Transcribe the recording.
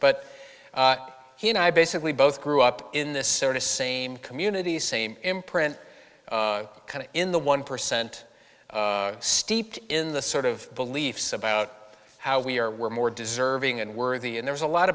but he and i basically both grew up in this same community same imprint kind of in the one percent steeped in the sort of beliefs about how we are we're more deserving and worthy and there's a lot